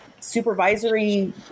Supervisory